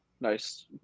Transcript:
nice